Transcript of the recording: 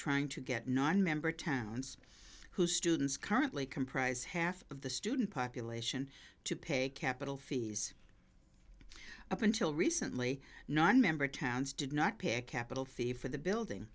trying to get nonmember tenants who students currently comprise half of the student population to pay capital fees up until recently nonmember towns did not pick capital thieve for the building